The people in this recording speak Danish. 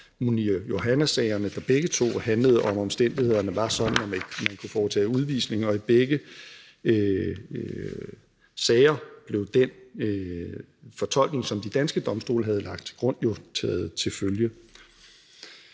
Munir Johana-sagen, der begge to handlede om, om omstændighederne var sådan, at man kunne foretage udvisning. Og i begge sager blev den fortolkning, som de danske domstole havde lagt til grund, jo taget til følge.